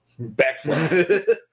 backflip